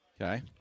Okay